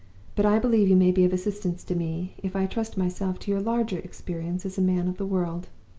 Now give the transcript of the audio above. but i believe you may be of assistance to me, if i trust myself to your larger experience as a man of the world.